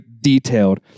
detailed